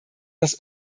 das